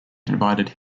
invited